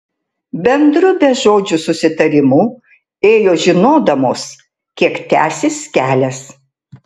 bendru bežodžiu susitarimu ėjo žinodamos kiek tęsis kelias